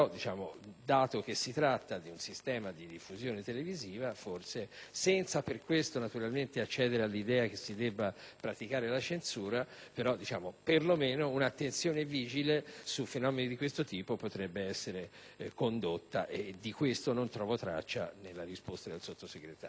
poiché si tratta di un sistema di diffusione televisiva, senza per questo accedere all'idea che si debba praticare la censura, perlomeno, un'attenzione vigile su fenomeni di questo tipo potrebbe essere forse condotta e di ciò non trovo traccia nella risposta del Sottosegretario.